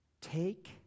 Take